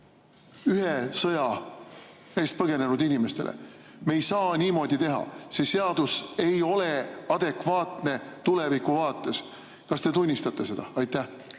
ühe sõja eest põgenenud inimestele. Me ei saa niimoodi teha. See seadus ei ole adekvaatne tuleviku vaates. Kas te tunnistate seda? Suur